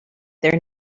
their